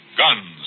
guns